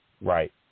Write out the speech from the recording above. Right